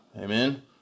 Amen